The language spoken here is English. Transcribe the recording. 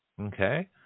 okay